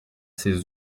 ses